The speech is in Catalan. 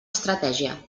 estratègia